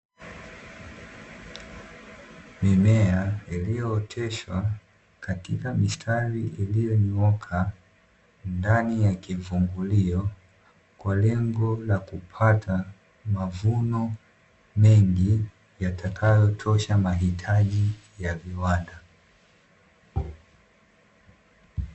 Mimea iliyooteshwa katika mistari iliyonyooka ndani ya kivungulio kwa lengo la kupata mavuno mengi yatakayo tosha mahitaji ya viwanda.